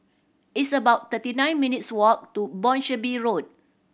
it's about thirty nine minutes' walk to Boscombe Road